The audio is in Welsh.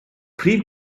prif